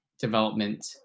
development